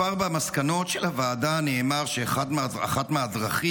כבר במסקנות של הוועדה נאמר שאחת מהדרכים,